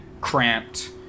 cramped